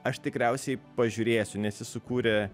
aš tikriausiai pažiūrėsiu nes jis sukūrė